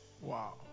Wow